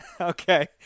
Okay